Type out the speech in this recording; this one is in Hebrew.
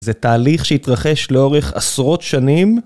זה תהליך שהתרחש לאורך עשרות שנים.